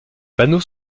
panneaux